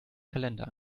kalender